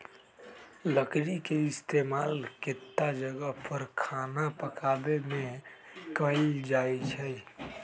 लकरी के इस्तेमाल केतता जगह पर खाना पकावे मे कएल जाई छई